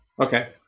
Okay